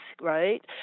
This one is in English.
right